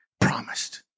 promised